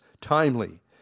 timely